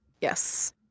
Yes